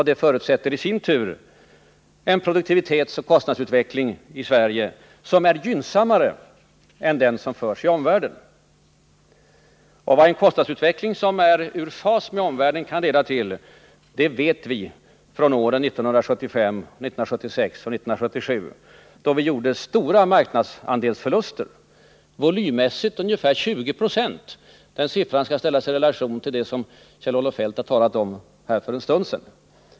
Det förutsätter i sin tur en produktivitetsoch kostnadsutveckling i Sverige som är gynnsammare än omvärldens. Vad en kostnadsutveckling som är ur fas med omvärlden kan leda till vet vi från åren 1975, 1976 och 1977, då vi gjorde stora marknadsandelsförluster — volymmässigt rörde det sig om ungefär 20 90. Den siffran skall ställas i relation till de siffror Kjell-Olof Feldt talade om för en stund sedan.